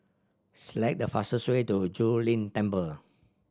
select the fastest way to Zu Lin Temple